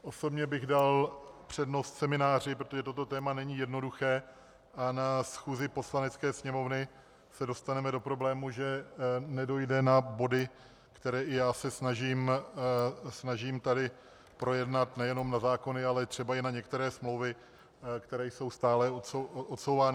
Osobně bych dal přednost semináři, protože toto téma není jednoduché a na schůzi Poslanecké sněmovny se dostaneme do problému, že nedojde na body, které i já se snažím tady projednat, nejenom na zákony, ale třeba i na některé smlouvy, které jsou stále odsouvány.